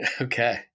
Okay